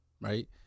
right